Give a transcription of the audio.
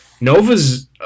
Nova's